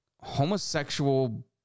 homosexual